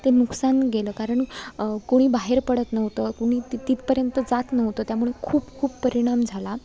ते नुकसान गेलं कारण कुणी बाहेर पडत नव्हतं कुणी ती तिथपर्यंत जात नव्हतं त्यामुळे खूप खूप परिणाम झाला